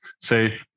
say